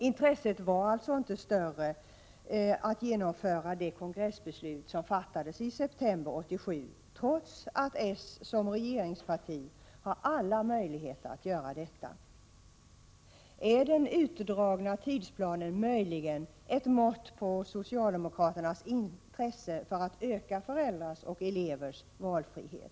Intresset är alltså inte större att genomföra det kongressbeslut som fattades iseptember 1987, trots att det socialdemokratiska partiet som regeringsparti har alla möjligheter att göra det. Är den utdragna tidsplanen möjligen ett mått på socialdemokraternas intresse för att öka föräldrars och elevers valfrihet?